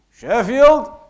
Sheffield